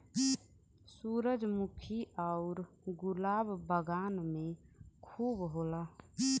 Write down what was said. सूरजमुखी आउर गुलाब बगान में खूब होला